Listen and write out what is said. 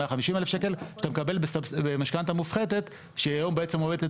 150,000 שקל שאתה מקבל במשכנתא מופחתת שהיום עומדת